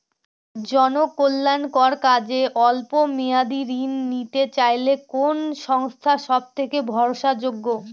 জনকল্যাণকর কাজে অল্প মেয়াদী ঋণ নিতে চাইলে কোন সংস্থা সবথেকে ভরসাযোগ্য?